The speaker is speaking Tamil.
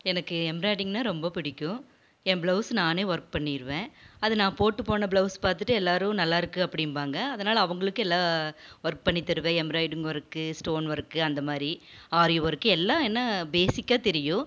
எனக்கு எம்ப்ராய்டிங்னால் ரொம்ப பிடிக்கும் என் பிளவுஸு நானே ஒர்க் பண்ணிடுவேன் அது நான் போட்டு போன பிளவுஸ் பார்த்துட்டு எல்லாரும் நல்லாருக்குது அப்படிம்பாங்க அதனால் அவங்களுக்கும் எல்லா ஒர்க் பண்ணி தருவேன் எம்ப்ராய்டிங் ஒர்க்கு ஸ்டோன் ஒர்க்கு அந்த மாதிரி ஆரி ஒர்க்கு எல்லாம் என்ன பேஸிக்காக தெரியும்